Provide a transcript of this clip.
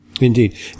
Indeed